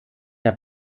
der